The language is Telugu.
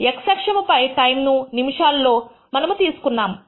x అక్షము పై టైం ను నిమిషాలలో మనము తీసుకున్నాము